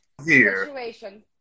situation